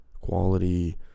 quality